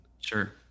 Sure